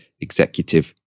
executive